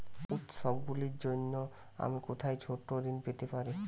উত্সবগুলির জন্য আমি কোথায় ছোট ঋণ পেতে পারি?